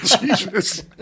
Jesus